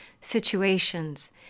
situations